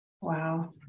Wow